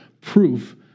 proof